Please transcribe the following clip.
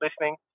listening